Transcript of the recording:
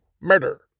murder